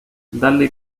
dudley